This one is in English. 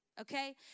okay